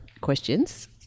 questions